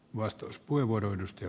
arvoisa puhemies